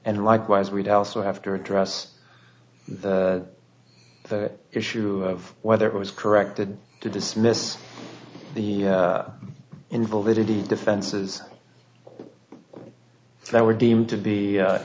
and likewise we'd also have to address the issue of whether it was corrected to dismiss the invalidity defenses that were deemed to be